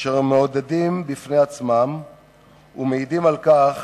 אשר מעודדים בפני עצמם ומעידים על כך